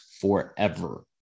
forever